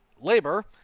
labor